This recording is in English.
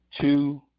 two